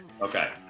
Okay